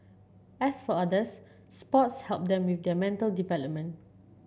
as for others sports help them with their mental development